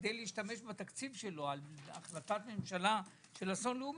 כדי להשתמש בתקציב שלו בהחלטת ממשלה על אסון לאומי,